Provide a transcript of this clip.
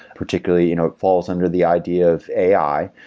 particularly you know it falls under the idea of ai.